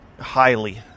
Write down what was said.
highly